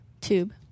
tube